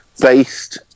based